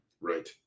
Right